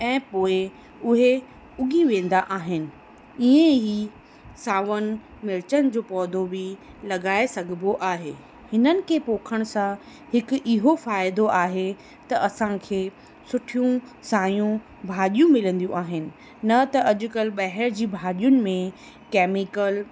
ऐं पोइ उहे उॻी वेंदा आहिनि ईअं ई सावनि मिर्चनि जो पौधो बि लॻाए सघिबो आहे हिननि खे पोखण सां हिकु इहो फ़ाइदो आहे त असांखे सुठियूं सायूं भाॼियूं मिलंदियूं आहिनि न त अॼुकल्ह ॿाहिरि जी भाॼियुनि में केमीकल